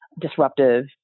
disruptive